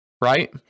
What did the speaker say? right